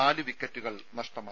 നാല് വിക്കറ്റുകൾ നഷ്ടമായി